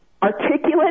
articulate